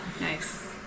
Nice